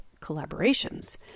collaborations